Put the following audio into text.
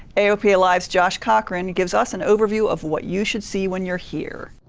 aopa live's josh cochran, gives us an overview of what you should see when you're here.